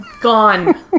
Gone